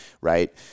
right